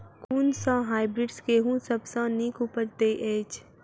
कुन सँ हायब्रिडस गेंहूँ सब सँ नीक उपज देय अछि?